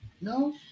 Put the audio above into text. No